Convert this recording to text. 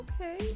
okay